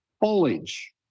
Foliage